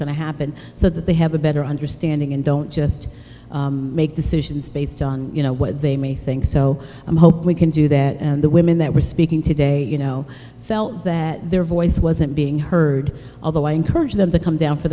going to happen so that they have a better understanding and don't just make decisions based on you know what they may think so i hope we can do that and the women that we're speaking today you know felt that their voice wasn't being heard although i encouraged them to come down for